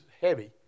heavy